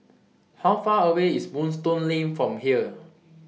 How Far away IS Moonstone Lane from here